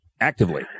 actively